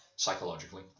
psychologically